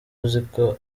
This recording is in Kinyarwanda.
uziko